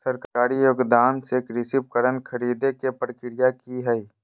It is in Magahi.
सरकारी योगदान से कृषि उपकरण खरीदे के प्रक्रिया की हय?